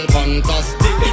fantastic